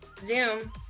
Zoom